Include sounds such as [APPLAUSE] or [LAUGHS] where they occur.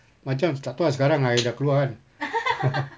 macam tak tahu ah sekarang I [NOISE] dah keluar kan [LAUGHS]